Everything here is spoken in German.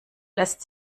lässt